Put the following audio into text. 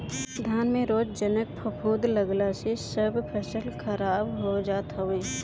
धान में रोगजनक फफूंद लागला से सब फसल खराब हो जात हवे